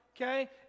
Okay